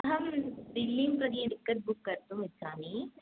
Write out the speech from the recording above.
अहं दिल्लीं प्रति टिकेट् बुक् कर्तुम् इच्छामि